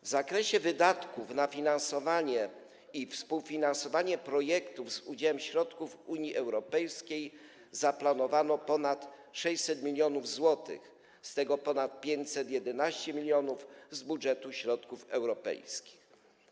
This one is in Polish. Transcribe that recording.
W zakresie wydatków na finansowanie i współfinansowanie projektów z udziałem środków Unii Europejskiej zaplanowano ponad 600 mln zł, z tego ponad 511 mln z budżetu środków europejskich.